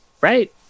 right